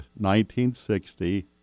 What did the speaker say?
1960